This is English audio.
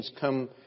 come